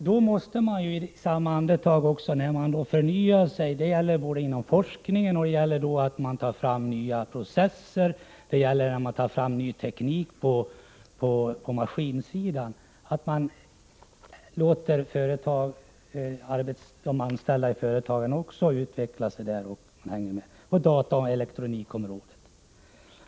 Det innebär att samtidigt som man förnyar sig inom forskningen och tar fram nya processer och ny teknik på maskinsidan, måste man låta de anställda i företagen utveckla sig för att kunna hänga med på dataoch teknikområdet.